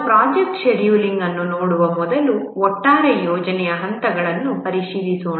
ನಾವು project scheduling ಅನ್ನು ನೋಡುವ ಮೊದಲು ಒಟ್ಟಾರೆ ಯೋಜನೆಯ ಹಂತಗಳನ್ನು ಪರಿಶೀಲಿಸೋಣ